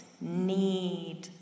need